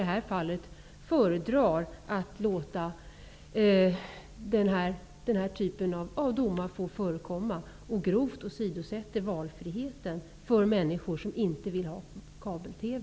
Regeringen föredrar i stället -- som i det här fallet -- att den här typen av domar får förekomma, vilka grovt åsidosätter valfriheten för människor som inte vill ha kabel-TV.